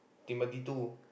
Timothy two